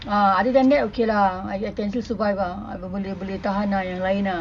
ah other than that okay lah I can still survive ah boleh boleh tahan ah yang lain ah